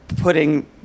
putting